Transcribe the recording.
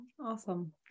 Awesome